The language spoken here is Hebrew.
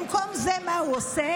במקום זה מה הוא עושה?